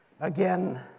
Again